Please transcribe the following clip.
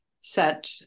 set